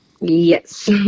yes